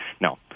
No